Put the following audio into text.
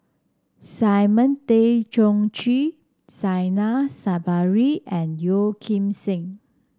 Simon Tay Seong Chee Zainal Sapari and Yeo Kim Seng